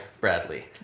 Bradley